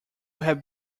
have